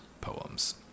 poems